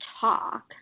talk